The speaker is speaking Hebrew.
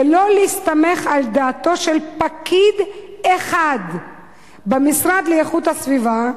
ולא להסתמך על דעתו של פקיד אחד במשרד לאיכות הסביבה,